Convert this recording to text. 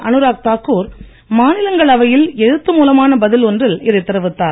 அனுராக் தாக்கூர் மாநிலங்களவையில் எழுத்து மூலமான பதில் ஒன்றில் இதைத் தெரிவித்தார்